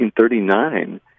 1939